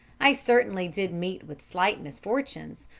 i certainly did meet with slight misfortunes,